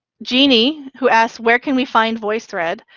jeanie who asked, where can we find voicethread?